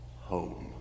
home